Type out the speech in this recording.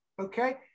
Okay